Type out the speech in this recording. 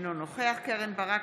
אינו נוכח קרן ברק,